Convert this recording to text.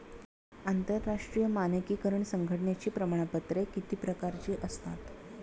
आंतरराष्ट्रीय मानकीकरण संघटनेची प्रमाणपत्रे किती प्रकारची असतात?